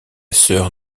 sœur